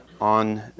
on